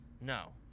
No